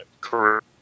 career